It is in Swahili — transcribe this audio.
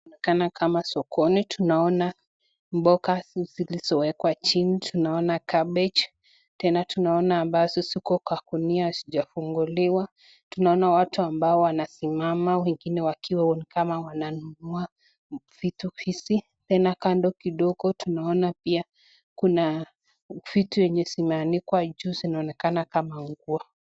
Kunaonekana kama sokoni tunaona mboga zilizowekwa chini tunaona cabbage tena tunaona ambazo ziko kwa gunia hazijafunguliwa tunaona watu ambao wamesimama na wengine wakiwa ni kama wananunua vitu hizi tena kando kidogo tunaona pia kuna vitu yenye zimeanikwa juu zinaonekana kama nguo.